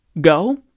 go